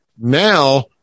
now